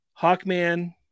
Hawkman